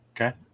okay